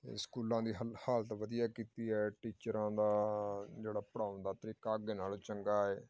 ਅਤੇ ਸਕੂਲਾਂ ਦੀ ਹਲ ਹਾਲਤ ਵਧੀਆ ਕੀਤੀ ਹੈ ਟੀਚਰਾਂ ਦਾ ਜਿਹੜਾ ਪੜ੍ਹਾਉਣ ਦਾ ਤਰੀਕਾ ਅੱਗੇ ਨਾਲੋਂ ਚੰਗਾ ਹੈ